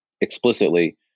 explicitly